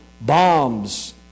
bombs